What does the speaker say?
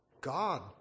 God